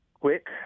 quick